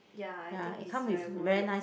ya I think is very worth it